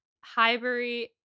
Highbury